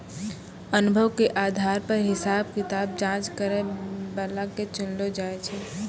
अनुभव के आधार पर हिसाब किताब जांच करै बला के चुनलो जाय छै